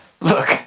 look